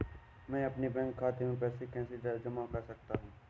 मैं अपने बैंक खाते में पैसे कैसे जमा कर सकता हूँ?